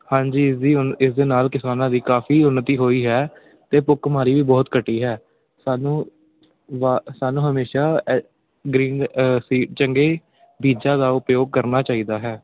ਹਾਂਜੀ ਇਸਦੀ ਉਨ ਇਸ ਦੇ ਨਾਲ ਕਿਸਾਨਾਂ ਦੀ ਕਾਫੀ ਉੱਨਤੀ ਹੋਈ ਹੈ ਅਤੇ ਭੁੱਖਮਰੀ ਵੀ ਬਹੁਤ ਘਟੀ ਹੈ ਸਾਨੂੰ ਵ ਸਾਨੂੰ ਹਮੇਸ਼ਾ ਗਰੀਨ ਸੀਡ ਚੰਗੇ ਬੀਜਾਂ ਦਾ ਉਪਯੋਗ ਕਰਨਾ ਚਾਹੀਦਾ ਹੈ